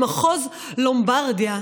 מחוז לומברדיה,